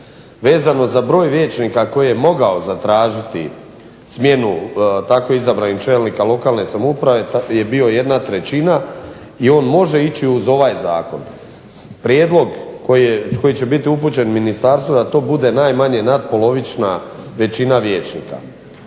Vezano za broj vijećnika koji je mogao zatražiti smjenu tako izabranih čelnika lokalne samouprave je bio jedna trećina i on može ići uz ovaj zakon. Prijedlog koji će biti upućen ministarstvu da to bude najmanje natpolovična većina vijećnika.